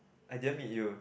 I didn't meet you